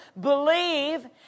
believe